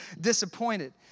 disappointed